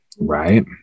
right